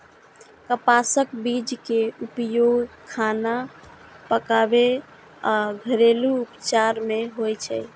कपासक बीज के उपयोग खाना पकाबै आ घरेलू उपचार मे होइ छै